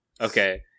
Okay